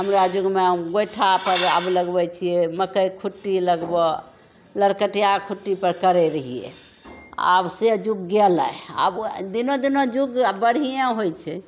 हमरा युगमे गोइठा पर आब लगबै छियै मकइके खुट्टी लगबऽ लरकटियाके खुट्टी पर करै रहियै आब से युग गेलै आब ओ दिनो दिनो युग आब बढ़िये होइ छै